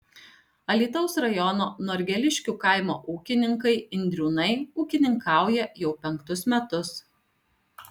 alytaus rajono norgeliškių kaimo ūkininkai indriūnai ūkininkauja jau penktus metus